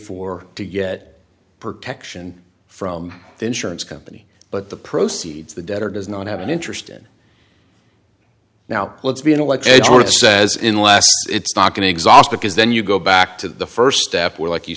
for to get protection from the insurance company but the proceeds the debtor does not have an interest in now what's being alleged or it says in last it's not going to exhaust because then you go back to the first step where like you